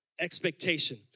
expectation